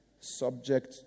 subject